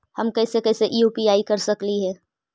हम कैसे कैसे यु.पी.आई कर सकली हे?